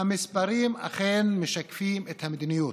המספרים אכן משקפים את המדיניות.